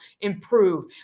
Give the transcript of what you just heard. improve